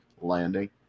landing